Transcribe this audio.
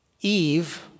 Eve